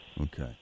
Okay